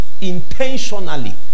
Intentionally